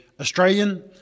Australian